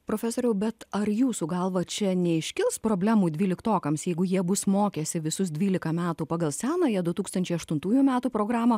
profesoriau bet ar jūsų galva čia neiškils problemų dvyliktokams jeigu jie bus mokęsi visus dvylika metų pagal senąją du tūkstančiai aštuntųjų metų programą